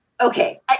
Okay